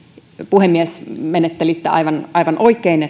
puhemies menettelitte aivan aivan oikein